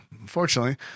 unfortunately